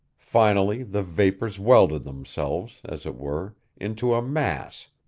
finally, the vapors welded themselves, as it were, into a mass,